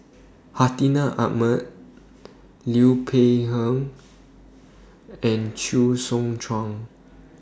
Hartinah Ahmad Liu Peihe and Chee Soon Juan